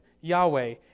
Yahweh